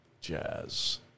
jazz